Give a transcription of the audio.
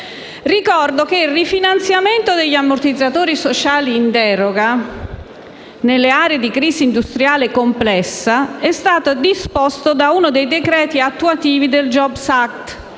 Ricordo che il rifinanziamento in deroga degli ammortizzatori sociali nelle aree di crisi industriale complessa è stato disposto da uno dei decreti attuativi del *jobs act*,